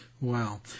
wow